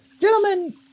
Gentlemen